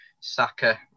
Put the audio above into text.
Saka